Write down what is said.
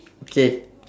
K